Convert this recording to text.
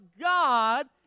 God